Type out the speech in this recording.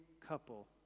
couple